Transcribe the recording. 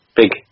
big